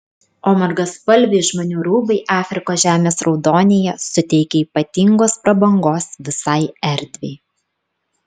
o margaspalviai žmonių rūbai afrikos žemės raudonyje suteikia ypatingos prabangos visai erdvei